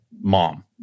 mom